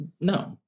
No